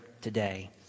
today